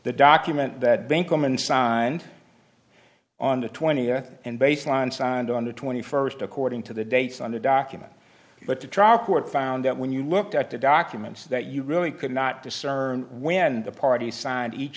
the document that bank woman signed on the twentieth and baseline signed on the twenty first according to the dates on the document but the trial court found that when you looked at the documents that you really could not discern when the parties signed each